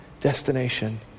destination